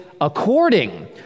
according